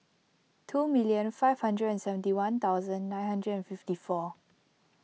two million five hundred and seventy one thousand nine hundred and fifty four